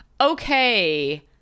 Okay